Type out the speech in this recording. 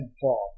fall